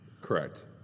Correct